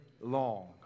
long